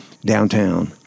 downtown